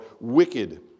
wicked